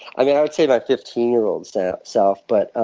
i would say my fifteen year old so self. but ah